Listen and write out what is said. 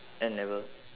N level